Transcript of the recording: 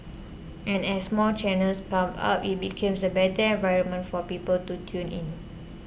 and as more channels come up it becomes a better environment for people to tune in